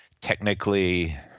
technically